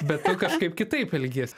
bet tu kažkaip kitaip elgies